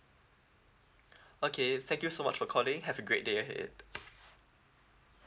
okay thank you so much for calling have a great day ahead